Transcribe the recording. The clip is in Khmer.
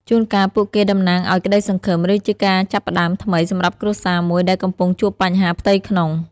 ជួនកាលពួកគេតំណាងឱ្យក្តីសង្ឃឹម ឬជាការចាប់ផ្ដើមថ្មីសម្រាប់គ្រួសារមួយដែលកំពុងជួបបញ្ហាផ្ទៃក្នុង។